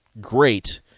great